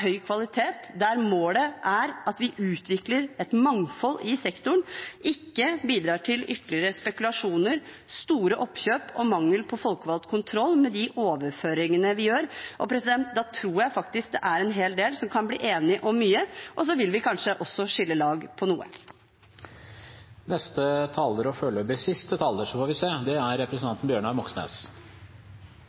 høy kvalitet, der vi utvikler et mangfold i sektoren, ikke bidrar til ytterligere spekulasjoner, store oppkjøp og mangel på folkevalgt kontroll med de overføringene vi gjør. Da tror jeg faktisk det er en hel del som kan bli enige om mye, og så vil vi kanskje også skille lag på noe. Kall det hva du vil, men det er et prinsipp som er